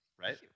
right